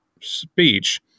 speech